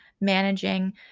managing